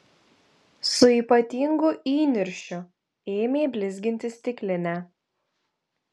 su ypatingu įniršiu ėmė blizginti stiklinę